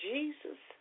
Jesus